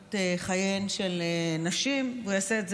בחשיבות חייהן של נשים והוא יעשה את זה